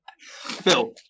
Phil